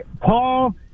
Paul